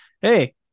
Hey